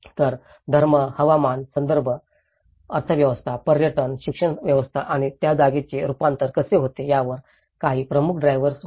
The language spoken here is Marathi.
तर धर्म हवामान संदर्भ अर्थव्यवस्था पर्यटन शिक्षण व्यवस्था आणि त्या जागेचे रूपांतर कसे होते यावर काही प्रमुख ड्रायव्हर्स होते